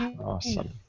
Awesome